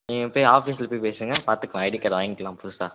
நீங்கள் போய் ஆஃபீஸில் போய் பேசுங்கள் பார்த்துக்கலாம் ஐடி கார்டை வாங்கிக்கலாம் புதுசாக